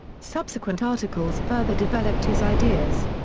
subsequent articles further developed his ideas.